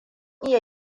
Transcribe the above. iya